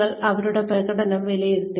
നിങ്ങൾ അവരുടെ പ്രകടനം വിലയിരുത്തി